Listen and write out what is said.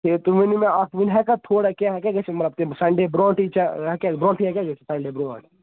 تُہۍ ؤنۍ مےٚ اَتھ ؤنۍ ہٮ۪کا تھوڑا کیاہ ہٮ۪کیاہ گٔژھِتھ مطلب سَنڈے برونٹھٕے چھا ہٮ۪کیا برونٹھٕے ہٮ۪کیاہ گژھِتھ سَنڈے برونٹھ